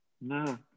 No